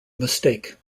mistake